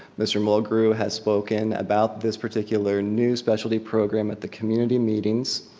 mr. mulgrew has spoken about this particular new specialty program at the community meetings.